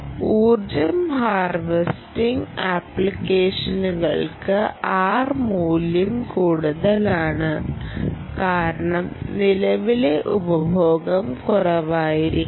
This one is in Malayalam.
ഊർജ്ജ ഹാർവെസ്റ്റിംഗ് ആപ്ലിക്കേഷനുകൾക്ക് R മൂല്യം കൂടുതലാണ് കാരണം നിലവിലെ ഉപഭോഗം കുറവായിരിക്കും